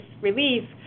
relief